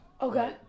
okay